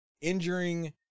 injuring